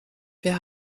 wir